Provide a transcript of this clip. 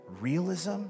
realism